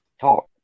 talk